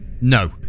No